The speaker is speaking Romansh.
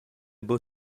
buca